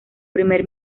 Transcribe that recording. primer